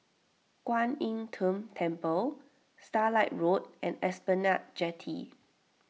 Kwan Im Tng Temple Starlight Road and Esplanade Jetty